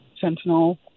Sentinel